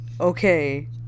okay